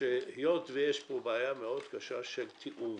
שהיות ויש פה בעיה קשה מאוד של תיאום,